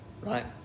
right